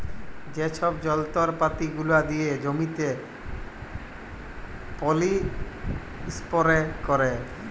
যে ছব যল্তরপাতি গুলা দিয়ে জমিতে পলী ইস্পেরে ক্যারে